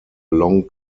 long